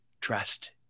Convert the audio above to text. trust